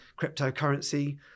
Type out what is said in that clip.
cryptocurrency